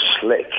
slick